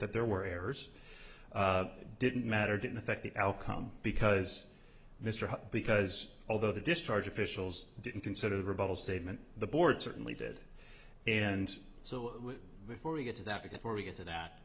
that there were errors didn't matter didn't affect the outcome because mr because although the discharge officials didn't consider the rebuttal statement the board certainly did and so before we get to that because when we get to that